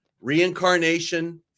reincarnation